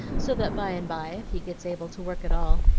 so that by and by, if he gets able to work at all,